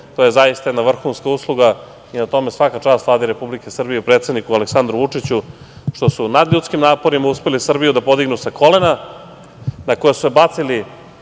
to je zaista jedna vrhunska usluga i na tome svaka čast Vladi Republike Srbije i predsedniku Aleksandru Vučiću što su u nadljudskim naporima uspeli Srbiju da podignu sa kolena na koja su je bacili